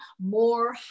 more